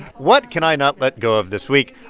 what can i not let go of this week?